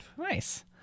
Nice